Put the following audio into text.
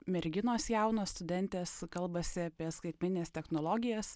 merginos jaunos studentės kalbasi apie skaitmines technologijas